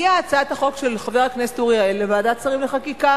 הגיעה הצעת החוק של חבר הכנסת אורי אריאל לוועדת שרים לחקיקה,